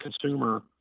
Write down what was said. consumer